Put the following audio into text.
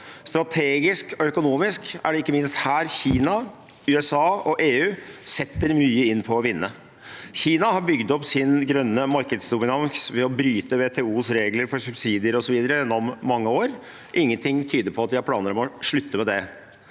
Strategisk og økonomisk er det ikke minst her Kina, USA og EU setter mye inn på å vinne. Kina har bygd opp sin grønne markedsdominans ved å bryte WTOs regler for subsidier osv. gjennom mange år. Ingenting tyder på at de har planer om å slutte med det.